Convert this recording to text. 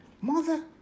Mother